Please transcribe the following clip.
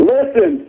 Listen